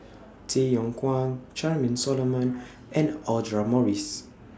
Tay Yong Kwang Charmaine Solomon and Audra Morrice